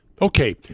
Okay